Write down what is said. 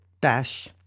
Dash